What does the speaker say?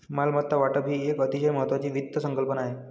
मालमत्ता वाटप ही एक अतिशय महत्वाची वित्त संकल्पना आहे